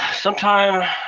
Sometime